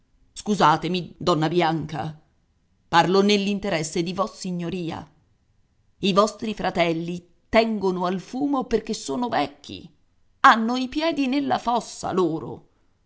scusatemi donna bianca parlo nell'interesse di vossignoria i vostri fratelli tengono al fumo perché sono vecchi hanno i piedi nella fossa loro